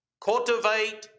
cultivate